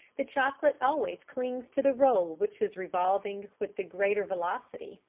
the chocolate always clings to the roll which is revolving with the greater velocity,